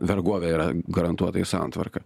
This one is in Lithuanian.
vergovė yra garantuotai santvarka